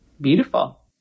beautiful